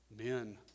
Men